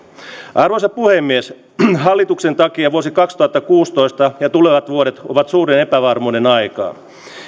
arvoisa puhemies hallituksen takia vuosi kaksituhattakuusitoista ja tulevat vuodet ovat suuren epävarmuuden aikaa